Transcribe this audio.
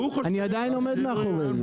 אני עדיין עומד מאחורי זה.